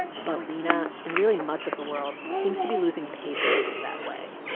but lina and really much of the world seems to be losing patience with that way.